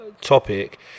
topic